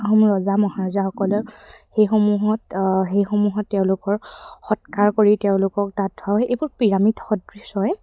আহোম ৰজা মহাৰজাসকলে সেইসমূহত সেইসমূহত তেওঁলোকৰ সৎকাৰ কৰি তেওঁলোকক তাত থয় এইবোৰ পিৰামিড সদৃশ হয়